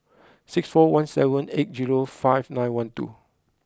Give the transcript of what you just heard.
six four one seven eight five nine one two